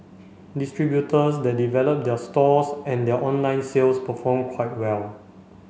distributors that develop their stores and their online sales perform quite well